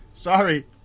Sorry